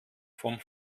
vom